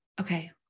Okay